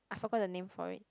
I forgot the name for it